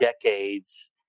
decades